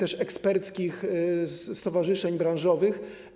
eksperckich stowarzyszeń branżowych.